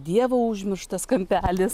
dievo užmirštas kampelis